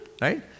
right